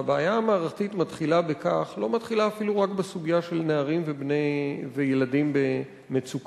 והבעיה המערכתית לא מתחילה אפילו רק בסוגיה של נערים וילדים במצוקה.